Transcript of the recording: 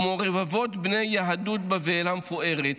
כמו רבבות בני יהדות בבל המפוארת,